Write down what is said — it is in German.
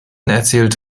erzählt